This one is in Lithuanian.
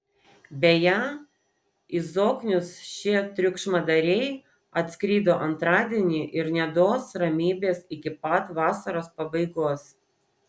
beje į zoknius šie triukšmadariai atskrido antradienį ir neduos ramybės iki pat vasaros pabaigos